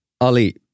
Ali